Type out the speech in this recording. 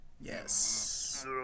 yes